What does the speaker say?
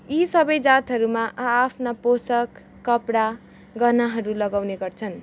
यी सबै जातहरू मा आ आफ्ना पोसाक कपडा गहनाहरू लगाउने गर्छन